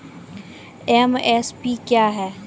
MSP क्या है?